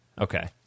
Okay